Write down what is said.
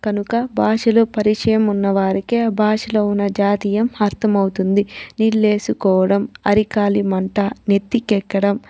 కనుక భాషలో పరిచయం ఉన్న వారికే ఆ భాషలో ఉన్న జాతీయం అర్థమవుతుంది నీళ్ళేసుకోవడం అరికాలి మంట నెత్తికెక్కడం